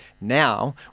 Now